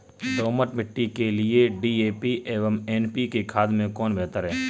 दोमट मिट्टी के लिए डी.ए.पी एवं एन.पी.के खाद में कौन बेहतर है?